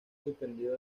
suspendido